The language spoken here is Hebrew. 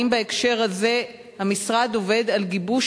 האם בהקשר הזה המשרד עובד על גיבוש